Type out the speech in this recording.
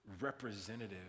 representative